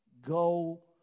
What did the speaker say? Go